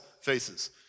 faces